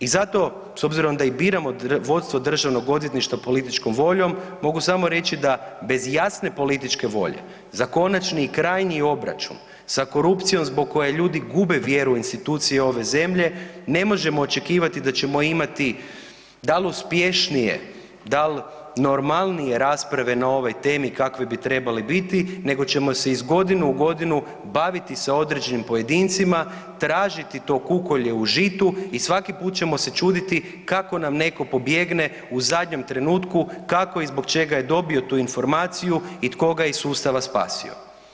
I zato s obzirom da i biramo vodstvo državnog odvjetništva političkom voljom, mogu samo reći da bez jasne političke volje za konačni i krajnji obračun sa korupcijom zbog koje ljudi gube vjeru u institucije ove zemlje ne možemo očekivati da ćemo imati dal uspješnije, dal normalnije rasprave na ovoj temi kakve bi trebale biti nego ćemo se iz godine u godinu baviti sa određenim pojedincima, tražiti to kukolje u žitu i svaki put ćemo se čuditi kako nam netko pobjegne u zadnjem trenutku, kako i zbog čega je dobio tu informaciju i tko ga je iz sustava spasio.